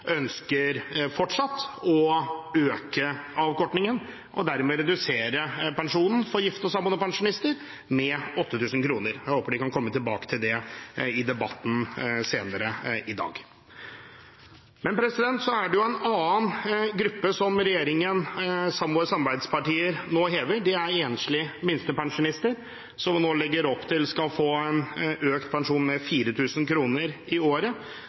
fortsatt ønsker å øke avkortingen, og dermed redusere pensjonen for gifte og samboende pensjonister med 8 000 kr. Jeg håper de kan komme tilbake til det i debatten senere i dag. Så er det en annen gruppe som regjeringen sammen med våre samarbeidspartier nå hever. Det er enslige minstepensjonister, som vi nå legger opp til skal få økt pensjon med 4 000 kr i året.